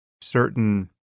certain